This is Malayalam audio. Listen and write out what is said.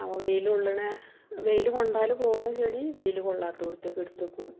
അപ്പോൾ വെയിൽ കൊള്ളണ വെയിൽ കൊണ്ടാൽ പോകണ ചെടി വെയിൽ കൊള്ളാത്തിടത്തേക്ക് എടുത്തു വെക്കും